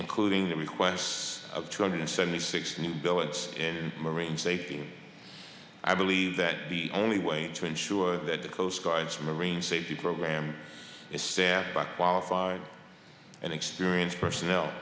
including the requests of two hundred seventy six new billets in marine safety i believe that the only way to ensure that the coast guard's marine safety program is staffed by qualified and experienced personnel